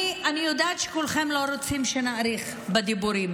אני יודעת שכולכם לא רוצים שנאריך בדיבורים,